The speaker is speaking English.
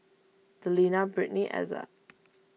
Delina Brittnie Ezzard